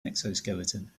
exoskeleton